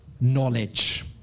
knowledge